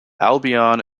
albion